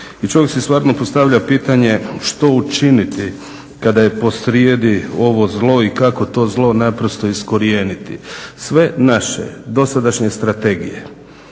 I čovjek si stvarno postavlja pitanje što učiniti kada je posrijedi ovo zlo i kako to zlo naprosto iskorijeniti. Sve naše dosadašnje strategije